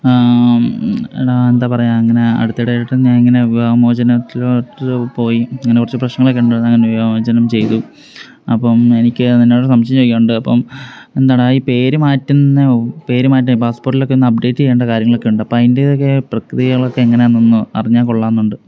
എടാ എന്താണ് പറയുക ഇങ്ങനെ അടുത്തിടെ ആയിട്ട് ഞാൻ ഇങ്ങനെ വിവാഹമോചനത്തിലോട്ട് പോയി അങ്ങനെ കുറച്ച് പ്രശ്നങ്ങളൊക്കെ ഉണ്ടായിരുന്നു അങ്ങനെ വിവാഹമോചനം ചെയ്തു അപ്പം എനിക്ക് നിന്നോട് സംശയം ചോദിക്കാനുണ്ട് അപ്പം എന്താണ് എടാ ഈ പേര് മാറ്റുന്നത് ഒ പേര് മാറ്റ് പാസ്പോർട്ടിലൊക്കെ ഒന്ന് അപ്ഡേറ്റ് ചെയ്യേണ്ട കാര്യങ്ങളൊക്കെ ഉണ്ട് അപ്പോൾ അതിന്റേതൊക്കെ ആയ പ്രക്രിയകളൊക്കെ എങ്ങനെയാണ് എന്നൊന്ന് അറിഞ്ഞാൽ കൊള്ളാമെന്നുണ്ട്